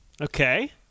Okay